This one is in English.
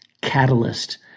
catalyst